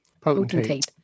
Potentate